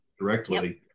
directly